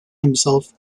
himself